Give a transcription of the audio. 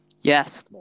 Yes